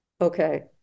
Okay